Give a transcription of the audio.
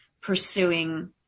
pursuing